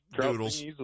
doodles